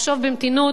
הבאתם,